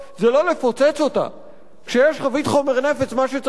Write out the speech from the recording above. כשיש חבית חומר נפץ מה שצריך לעשות זה לנטרל את הנפצים.